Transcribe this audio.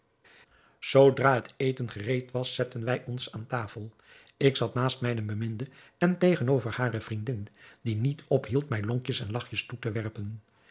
zoodra het eten gereed was zetten wij ons aan tafel ik zat naast mijne beminde en tegenover hare vriendin die niet ophield mij lonkjes en lachjes toe te werpen